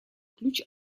ключ